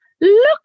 Look